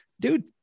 Dude